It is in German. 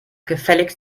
gefälligst